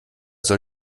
soll